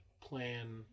plan